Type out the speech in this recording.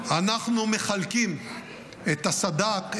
אנחנו מחלקים את הסד"כ,